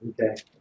okay